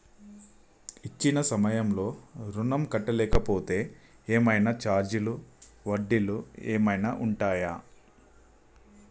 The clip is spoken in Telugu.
ఇచ్చిన సమయంలో ఋణం కట్టలేకపోతే ఏమైనా ఛార్జీలు వడ్డీలు ఏమైనా ఉంటయా?